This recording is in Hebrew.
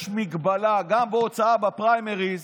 יש מגבלה, גם בהוצאה בפריימריז.